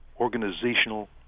organizational